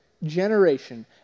Generation